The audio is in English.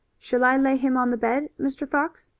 shall i lay him on the bed, mr. fox?